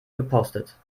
gepostet